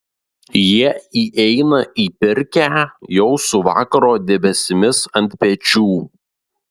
jie įeina į pirkią jau su vakaro debesimis ant pečių